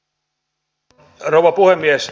arvoisa rouva puhemies